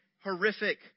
horrific